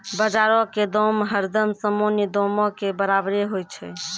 बजारो के दाम हरदम सामान्य दामो के बराबरे होय छै